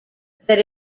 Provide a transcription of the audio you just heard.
that